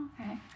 Okay